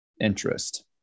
interest